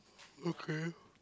okay